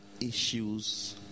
issues